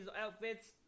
outfits